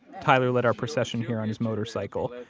tyler led our procession here on his motorcycle.